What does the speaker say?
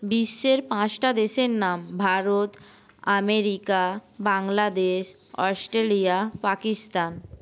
বিশ্বের পাঁচটা দেশের নাম ভারত আমেরিকা বাংলাদেশ অস্ট্রেলিয়া পাকিস্তান